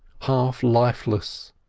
half-lifeless.